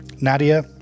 Nadia